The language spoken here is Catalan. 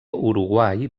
uruguai